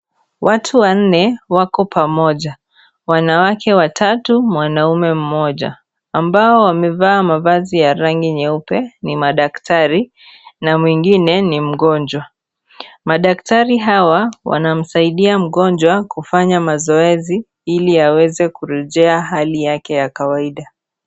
Watu wanne wako pamoja. Wanawake watatu, mwanaume mmoja ambao wamevaa mavazi ya rangi nyeupe ni madaktari na mwingine ni mgonjwa. Madaktari hawa, wanamsaidia mgonjwa kufanya mazoezi ili aweze kurejea hali yake ya kawaida.